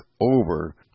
over